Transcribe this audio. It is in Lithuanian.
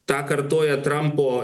tą kartoja trampo